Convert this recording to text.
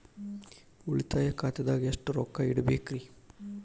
ಉಳಿತಾಯ ಖಾತೆದಾಗ ಎಷ್ಟ ರೊಕ್ಕ ಇಡಬೇಕ್ರಿ?